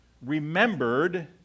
remembered